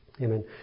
Amen